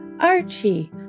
Archie